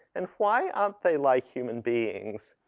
and why aren't they like human beings?